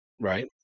right